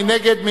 מי נגד,